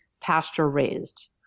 pasture-raised